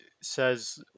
says